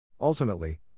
Ultimately